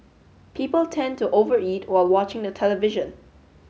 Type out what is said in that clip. people tend to over eat while watching the television